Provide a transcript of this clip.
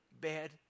bad